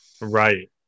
right